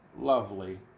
lovely